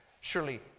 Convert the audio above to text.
surely